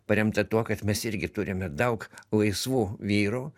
paremta tuo kad mes irgi turime daug laisvų vyrų